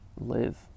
live